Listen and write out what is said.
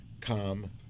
come